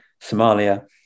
Somalia